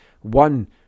One